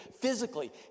physically